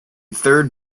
third